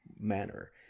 manner